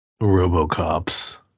Robocops